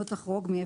לא תחרוג מ-